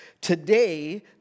today